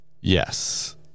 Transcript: Yes